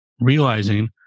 realizing